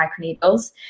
microneedles